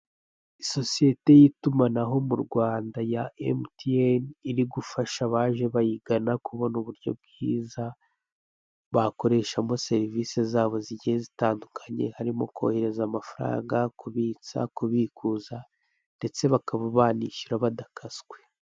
Isosiyete y'itumanaho mu Rwanda ya MTN, iri gufasha abaje bayigana kubona uburyo bwiza bakoreshamo serivisi zabo zigiye zitandukanye harimo kohereza amafaranga, kubitsa, kubikuza ndetse bakaba banishyura badakaswe.